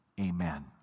Amen